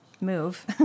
move